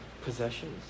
possessions